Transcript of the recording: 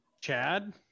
Chad